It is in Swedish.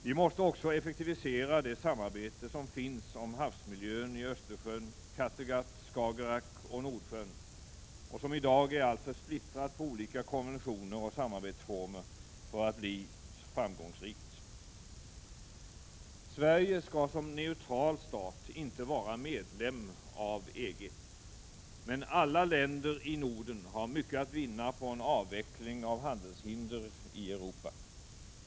Vi måste också effektivisera det samarbete som finns om havsmiljön i Östersjön, Kattegatt, Skagerrak och Nordsjön och som i dag är alltför splittrat på olika konventioner och samarbetsformer för att det skall bli framgångsrikt. Sverige skall som neutral stat inte vara medlem av EG. Men alla länder i Norden har mycket att vinna på en avveckling av handelshinder i Europa.